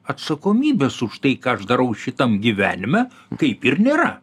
atsakomybės už tai ką aš darau šitam gyvenime kaip ir nėra